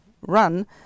run